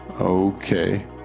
Okay